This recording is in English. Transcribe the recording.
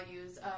values